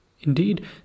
Indeed